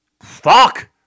Fuck